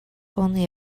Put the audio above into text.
only